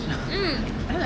mm